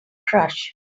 crush